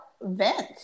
vent